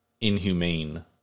inhumane